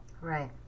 Right